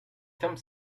ferme